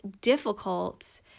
difficult